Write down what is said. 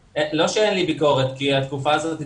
לא שאין לי ביקורת על משרד החינוך כי התקופה הזו היא